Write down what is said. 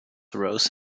rose